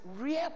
real